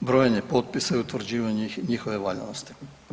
brojanje potpisa i utvrđivanje njihove valjanosti.